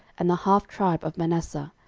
and the half tribe of manasseh,